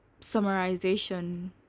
summarization